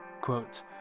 quote